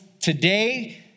today